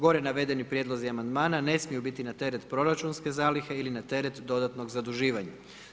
Gore navedeni prijedlozi amandmana ne smiju biti na teret proračunske zalihe ili na teret dodatnog zaduživanja.